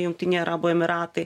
jungtiniai arabų emyratai